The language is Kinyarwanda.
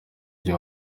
njye